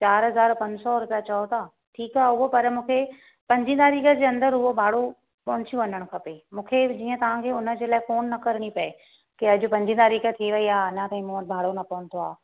चारि हज़ार पंज सौ रुपिया चओ था ठीकु आहे उहो पर मूंखे पंजी तारीख़ जे अंदरि उहो भाड़ो पहुची वञणु खपे मूंखे जीअं तव्हां खे हुनजे लाइ फ़ोन न करिणी पए की अॼु पंजी तारीख़ थी वई आहे अञां ताईं मूं वटि भाड़ो न पहुतो आहे